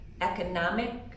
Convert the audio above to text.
economic